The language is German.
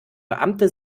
beamte